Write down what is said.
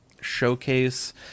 showcase